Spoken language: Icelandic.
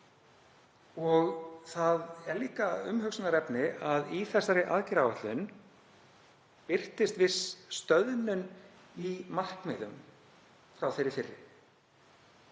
Það er líka umhugsunarefni að í þessari aðgerðaáætlun birtist viss stöðnun í markmiðum frá þeirri fyrri.